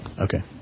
Okay